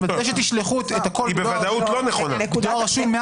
אחרי שתשלחו את הכול בדואר רשום -- היא בוודאות לא נכונה.